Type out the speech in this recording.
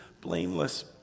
blameless